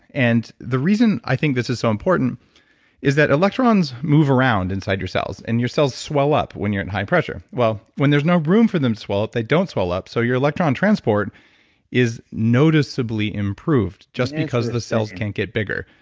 and the reason i think this is so important is that electrons move around inside your cells and your cells swell up when you're in high pressure. well when there's no room for them to swell up, they don't swell up. so your electron transport is noticeably improved just because of the cells can't get bigger.